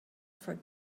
for